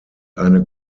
eine